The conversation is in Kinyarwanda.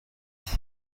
iki